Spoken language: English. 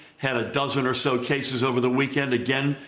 had a dozen or so cases over the weekend. again,